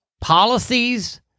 policies